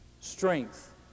Strength